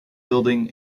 building